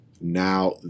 Now